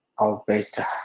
Alberta